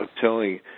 telling